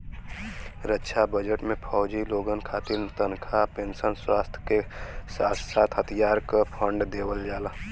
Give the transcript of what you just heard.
रक्षा budget में फौजी लोगन खातिर तनखा पेंशन, स्वास्थ के साथ साथ हथियार क लिए फण्ड देवल जाला